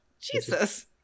Jesus